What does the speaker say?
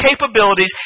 capabilities